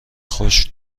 خشک